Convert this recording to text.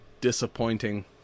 disappointing